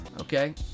Okay